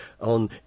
on